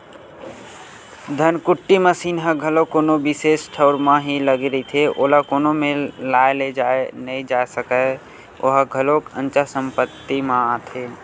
धनकुट्टी मसीन ह घलो कोनो बिसेस ठउर म ही लगे रहिथे, ओला कोनो मेर लाय लेजाय नइ जाय सकय ओहा घलोक अंचल संपत्ति म आथे